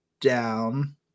down